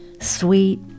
Sweet